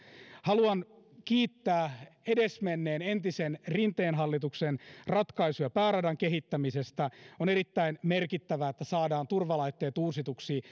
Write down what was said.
haluan kiittää edesmenneen entisen rinteen hallituksen ratkaisuja pääradan kehittämisestä on erittäin merkittävää että saadaan turvalaitteet uusituksi